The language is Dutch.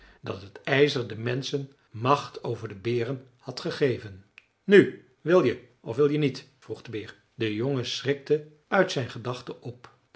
dat het ijzer de menschen macht over de beren had gegeven nu wil je of wil je niet vroeg de beer de jongen schrikte uit zijn gedachten op